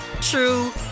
true